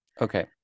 okay